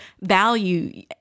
value